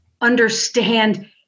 understand